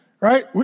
right